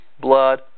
blood